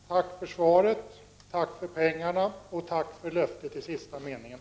Herr talman! Tack för svaret, tack för pengarna och tack för löftet i den sista meningen!